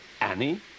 Annie